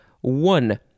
One